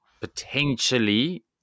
potentially